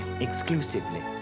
exclusively